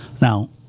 Now